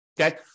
Okay